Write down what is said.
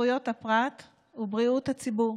זכויות הפרט ובריאות הציבור.